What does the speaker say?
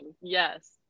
yes